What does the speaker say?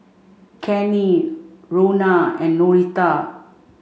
Cannie Rhona and Norita